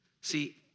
See